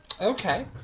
Okay